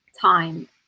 time